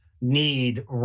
need